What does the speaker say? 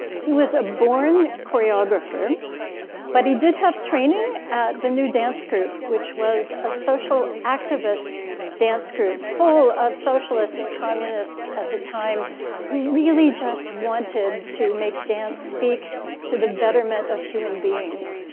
he was a born choreographer but he did have training at the new dance group which was a social activist dance group full of socialists and communists at the time who really just wanted to make dance be to the betterment of human beings.